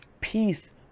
Peace